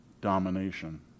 domination